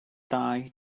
dau